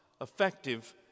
effective